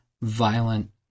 violent